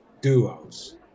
duos